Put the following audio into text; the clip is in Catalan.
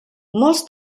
molts